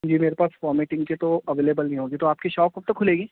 جی میرے واپس وومیٹنگ کے تو اویلیبل نہیں ہوگی تو آپ کی شاپ کب تک کھلے گی